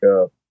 up